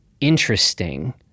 interesting